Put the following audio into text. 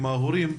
עם ההורים,